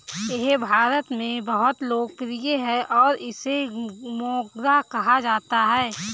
यह भारत में बहुत लोकप्रिय है और इसे मोगरा कहा जाता है